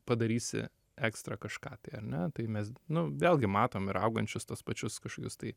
padarysi ekstra kažką tai ar ne tai mes nu vėlgi matom ir augančius tuos pačius kažkokius tai